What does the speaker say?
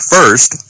First